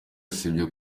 usibye